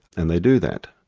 and they do that.